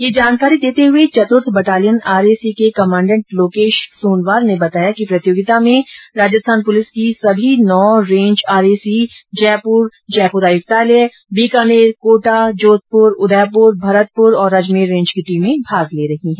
यह जानकारी देते हुए चतुर्थ बटालियन आरएसी के कमांडेंट लोकेश सोनवाल ने बताया कि प्रतियोगिता में राजस्थान पुलिस की सभी नौ रेंज आरएसी जयपुर जयपुर आयुक्तालय बीकानेर कोटा जोधपुर उदयपुर भरतपुर और अजमेर रेंज की टीमे भाग ले रही हैं